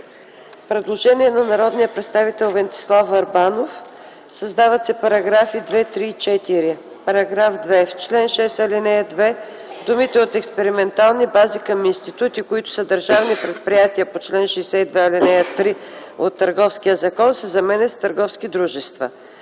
Предложение от народния представител Венцислав Върбанов – създават се § 2, 3 и 4: „§ 2. В чл. 6, ал. 2 думите „от експериментални бази към институти, които са държавни предприятия по чл. 62, ал. 3 от Търговския закон” се заменят с „търговски дружества”.